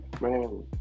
man